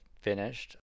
finished